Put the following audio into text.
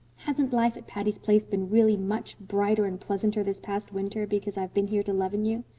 hasn't life at patty's place been really much brighter and pleasanter this past winter because i've been here to leaven you?